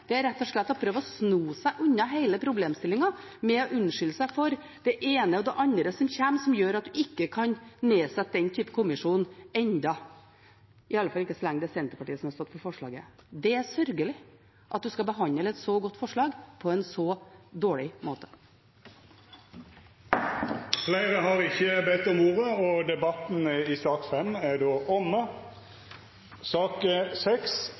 rett og slett er å prøve å sno seg unna hele problemstillingen ved å unnskylde seg for det ene og det andre som kommer som gjør at en ikke kan nedsette den typen kommisjon ennå – iallfall ikke så lenge det er Senterpartiet som har stått for forslaget. Det er sørgelig at en skal behandle et så godt forslag på en så dårlig måte. Fleire har ikkje bedt om ordet